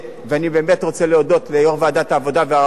אני באמת רוצה להודות ליושב-ראש ועדת העבודה והרווחה,